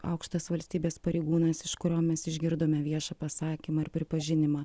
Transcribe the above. aukštas valstybės pareigūnas iš kurio mes išgirdome viešą pasakymą ir pripažinimą